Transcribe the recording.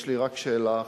יש לי רק שאלה אחת,